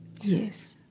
Yes